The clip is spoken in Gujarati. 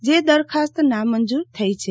જે દરખાસ્ત નામંજુર થઈ છે